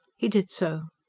he did so.